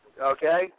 okay